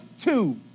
two